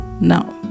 now